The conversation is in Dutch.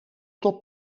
tot